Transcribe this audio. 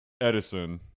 Edison